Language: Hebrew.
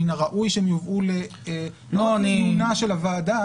מין הראוי שהם יובאו לעיונה של הוועדה